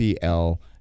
PL